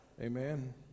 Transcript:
Amen